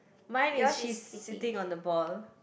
mine is she's sitting on the ball